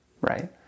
right